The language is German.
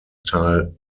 teil